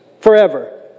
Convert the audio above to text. forever